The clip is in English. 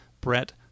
Brett